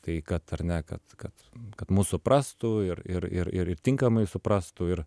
tai kad ar ne kad kad kad mus suprastų ir ir ir ir tinkamai suprastų ir